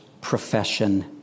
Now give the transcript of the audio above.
profession